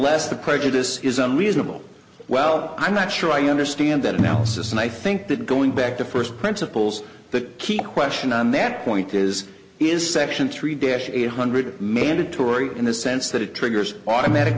the prejudice is unreasonable well i'm not sure i understand that analysis and i think that going back to first principles the key question on that point is is section three d s eight hundred mandatory in the sense that it triggers automatic